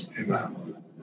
Amen